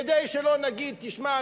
כדי שלא נגיד: תשמע,